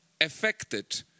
affected